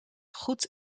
goed